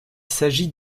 s’agit